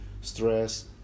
stress